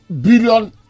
billion